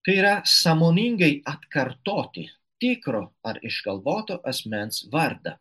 kai yra sąmoningai atkartoti tikro ar išgalvoto asmens vardą